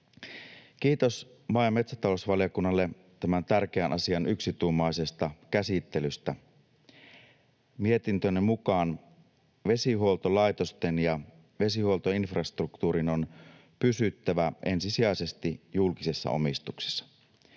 Kiitos maa- ja metsätalousvaliokunnalle tämän tärkeän asian yksituumaisesta käsittelystä. Mietintönne mukaan vesihuoltolaitosten ja vesihuoltoinfrastruktuurin on pysyttävä ensisijaisesti julkisessa omistuksessa.